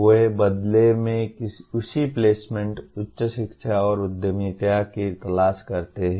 वे बदले में उसी प्लेसमेंट उच्च शिक्षा और उद्यमिता की तलाश करते हैं